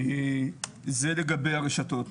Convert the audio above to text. זה לגבי הרשתות,